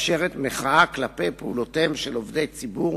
שבה מתאפשרת מחאה כלפי פעולותיהם של עובדי ציבור